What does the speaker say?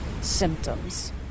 symptoms